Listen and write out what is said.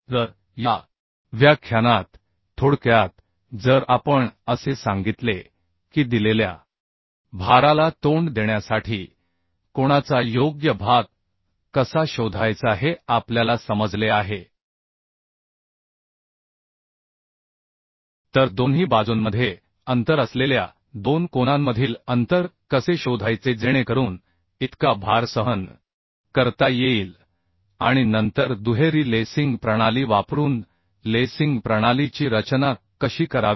तर या व्याख्यानात थोडक्यात जर आपण असे सांगितले की दिलेल्या भाराला तोंड देण्यासाठी कोणाचा योग्य भाग कसा शोधायचा हे आपल्याला समजले आहे तर दोन्ही बाजूंमध्ये अंतर असलेल्या दोन कोनांमधील अंतर कसे शोधायचे जेणेकरून इतका भार सहन करता येईल आणि नंतर दुहेरी लेसिंग प्रणाली वापरून लेसिंग प्रणालीची रचना कशी करावी